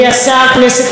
כנסת נכבדה,